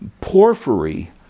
Porphyry